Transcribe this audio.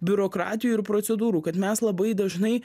biurokratijų ir procedūrų kad mes labai dažnai